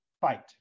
fight